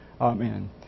Amen